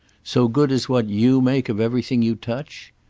so good as what you make of everything you touch?